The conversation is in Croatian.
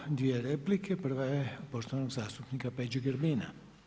Imamo dvije replike, prva je poštovanog zastupnika Peđe Grbina.